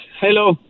Hello